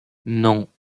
non